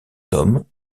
tome